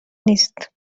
نیست